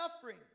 suffering